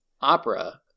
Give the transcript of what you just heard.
opera